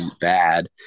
bad